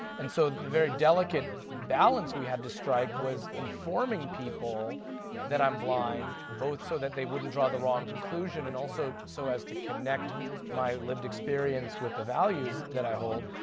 and so the very delicate balance we had to strike was informing people that i'm blind, both so that they wouldn't draw the wrong conclusion and also so as to connect my lived experience with the values that i hold.